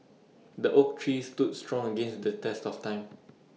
the oak tree stood strong against the test of time